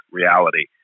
reality